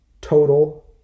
total